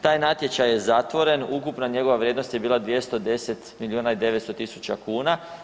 Taj natječaj je zatvoren, ukupna njegova vrijednost je bila 210 milijuna i 900 tisuća kuna.